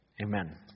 Amen